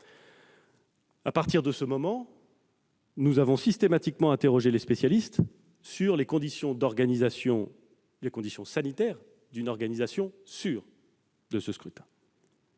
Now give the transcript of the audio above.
À partir de ce moment, nous avons systématiquement interrogé les spécialistes sur les conditions d'une organisation sûre de ce scrutin